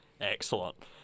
excellent